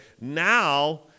Now